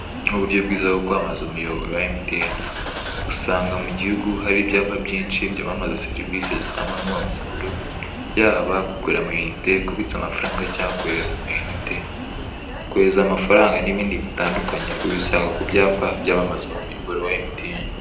Uburyo bwiza bwo kwamamaza umuyoboro wa emutiyeni, usanga mu gihugu hari ibyapa byinshi byamamaza serivise zitangwa n'uwo muyoboro, yaba kugura amayite, kubitsa amafaranga cyangwa kohereza amayinite, kohereza amafanga n'ibindi bitandukanye, ubisanga ku byapa byamamaza uwo muyoboro wa emutiyeni.